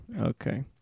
Okay